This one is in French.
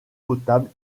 potable